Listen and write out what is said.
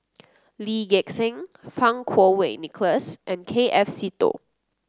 Lee Gek Seng Fang Kuo Wei Nicholas and K F Seetoh